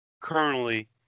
currently